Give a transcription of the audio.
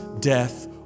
death